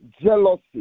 jealousy